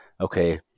okay